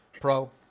Pro